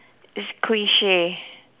it's cliche